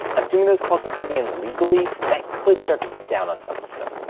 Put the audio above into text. assuming those calls were coming in legally, that could start to come down on some of them.